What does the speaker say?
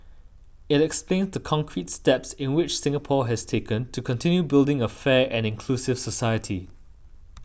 it explains the concrete steps in which Singapore has taken to continue building a fair and inclusive society